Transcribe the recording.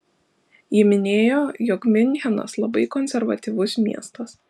ji minėjo jog miunchenas labai konservatyvus miestas